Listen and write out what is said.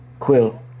Quill